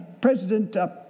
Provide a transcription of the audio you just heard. President